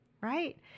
Right